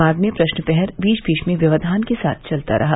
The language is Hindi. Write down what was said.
बाद में प्रश्न प्रहर बीच बीच में व्यवधान के साथ चलता रहा